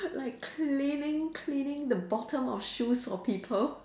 like cleaning cleaning the bottom of shoes for people